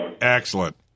Excellent